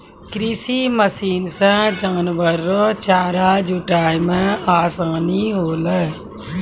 कृषि मशीन से जानवर रो चारा जुटाय मे आसानी होलै